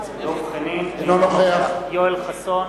אינו נוכח יואל חסון,